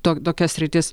to tokia sritis